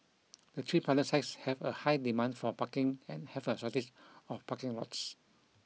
the three pilot sites have a high demand for parking and have a shortage of parking lots